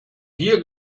hier